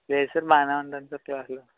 లేదు సార్ బాగానే ఉందండి సార్ క్లాస్లో